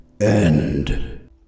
end